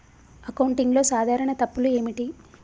అకౌంటింగ్లో సాధారణ తప్పులు ఏమిటి?